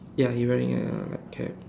ya he wearing a like cap